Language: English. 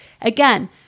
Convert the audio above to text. Again